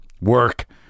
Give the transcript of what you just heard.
work